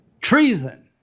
treason